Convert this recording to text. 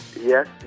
Yes